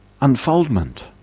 unfoldment